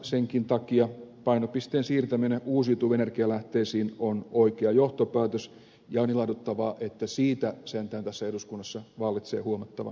senkin takia painopisteen siirtäminen uusiutuviin energianlähteisiin on oikea johtopäätös ja on ilahduttavaa että siitä sentään tässä eduskunnassa vallitsee huomattava yksimielisyys